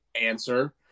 answer